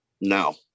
No